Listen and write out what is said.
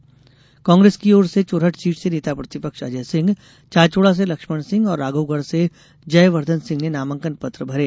वहीं कांग्रेस की ओर चुरहट सीट से नेता प्रतिपक्ष अजय सिंह चाचोड़ा से लक्ष्मण सिंह और राघोगढ़ से जयवर्धन सिंह ने नामांकन पत्र भरे